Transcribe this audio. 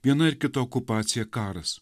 viena ar kita okupacija karas